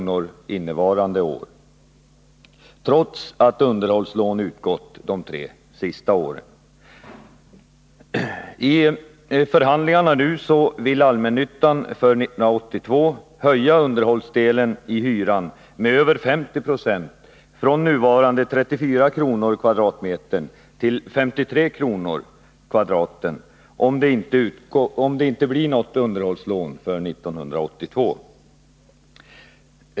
för innevarande år — trots att underhållslån utgått de tre senaste åren. Inför 1982 vill de allmännyttiga bostadsföretagen höja underhållsdelen i hyran med över 50 90 från nuvarande 34 kr. per kvadratmeter till 53 kr. per kvadratmeter om det inte blir något underhållslån för 1982.